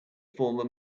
former